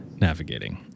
navigating